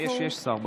יש, יש שר באולם.